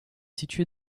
situé